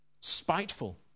spiteful